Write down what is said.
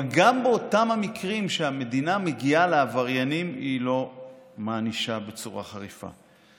אבל גם באותם מקרים שהמדינה מגיעה לעבריינים היא לא מענישה בצורה חריפה.